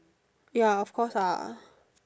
ya of course ah